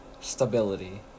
stability